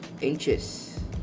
inches